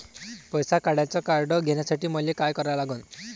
पैसा काढ्याचं कार्ड घेण्यासाठी मले काय करा लागन?